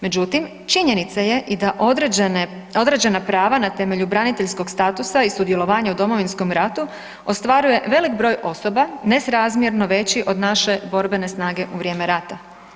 Međutim, činjenica je i da određene, određena prava na temelju braniteljskog statusa i sudjelovanja u Domovinskom ratu ostvaruje velik broj osoba nesrazmjerno veći od naše borbene snage u vrijeme rata.